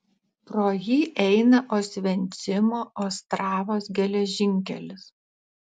pro jį eina osvencimo ostravos geležinkelis